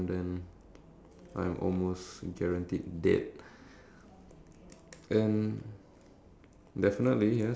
definitely like you gotta grab food from a supermarket and stuff and I'll definitely try and take the ones that can last longer